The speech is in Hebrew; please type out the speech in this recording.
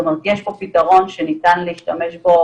זאת אומרת יש פה פתרון שניתן להשתמש בו